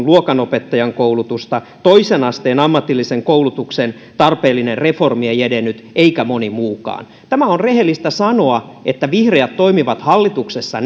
luokanopettajan koulutusta toisen asteen ammatillisen koulutuksen tarpeellinen reformi ei edennyt eikä moni muukaan tämä on rehellistä sanoa että vihreät toimivat hallituksessa